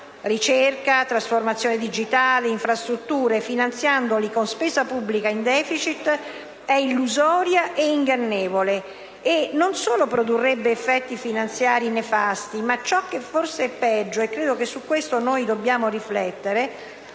ricerca, trasformazione digitale e infrastrutture) finanziandoli con spesa pubblica in *deficit* è illusorio e ingannevole. E non solo ciò produrrebbe effetti finanziari nefasti ma, quel che forse è peggio (e su questo dobbiamo riflettere),